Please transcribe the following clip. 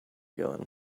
going